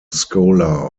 scholar